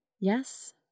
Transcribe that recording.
yes